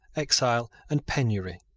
exile, and penury.